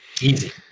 Easy